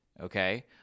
okay